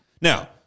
now